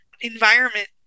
environment